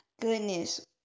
goodness